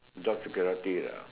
job security lah